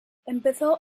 empezó